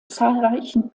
zahlreichen